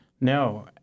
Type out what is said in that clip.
No